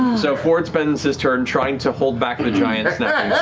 so fjord spends his turn trying to hold back the giant snapping